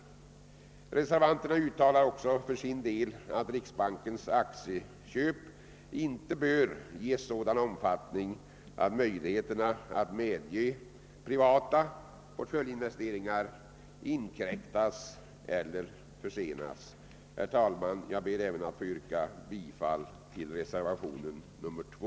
De uttalar också att riksbankens aktieköp inte bör ges sådan omfattning att möjligheterna att medge privata portföljinvesteringar inskränkes eller försenas. Herr talman! Jag ber att få yrka bifall även till reservationen 2.